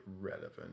relevant